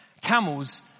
Camels